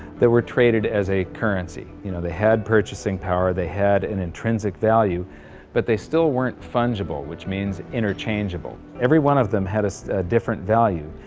they were traded as a currency you know they had purchasing power they had an intrinsic value but they still weren't fungible which means interchangeable. every one of them has a different value,